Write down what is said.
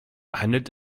handelt